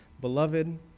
Beloved